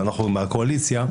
ואנחנו מהקואליציה,